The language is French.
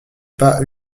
pas